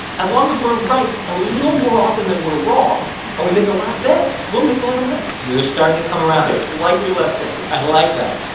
as long as we're right a little more often than we're wrong and we make a lot of bets, we'll make a lot of money you're starting to come around ok, slightly less skeptical i like that.